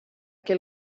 que